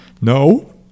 no